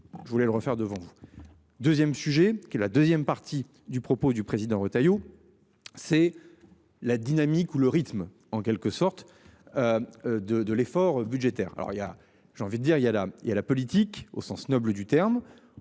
je voulais le refaire devant. 2ème, sujet qui est la deuxième partie du propos du président Retailleau. C'est la dynamique où le rythme en quelque sorte. De de l'effort budgétaire. Alors il y a, j'ai envie de dire, il y a là il y a la politique au sens noble du terme